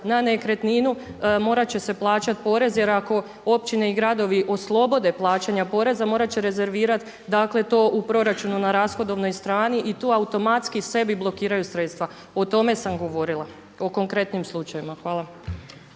na nekretninu morat će se plaćati porez jer ako općine i gradovi oslobode plaćanja poreza morat će rezervirati, dakle, to u proračunu na rashodovnoj strani i tu automatski sebi blokiraju sredstva. O tome sam govorila. O konkretnim slučajevima. Hvala.